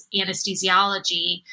anesthesiology